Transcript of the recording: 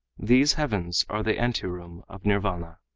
these heavens are the anteroom of nirvana.